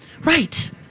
Right